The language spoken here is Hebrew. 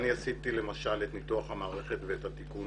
אני עשיתי למשל את ניתוח המערכת ואת התיקון